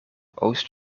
oost